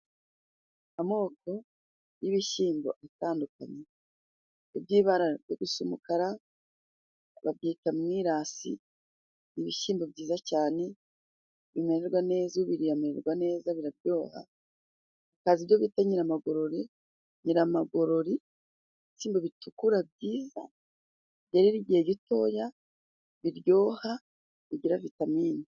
Amoko y'ibishyimbo atandukanye, ibyibara bisa umukara babyita mwirasi, ibishyimbo byiza cyane, bimererwa neza, ubiriye amererwa neza, biraryoha, hakaza ibyo bita nyiramagorore, nyiramagorori, ibishyimbo bitukura byiza, byerera igihe gitoya, biryoha, bigira vitamine.